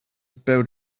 build